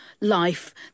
life